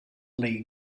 league